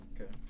Okay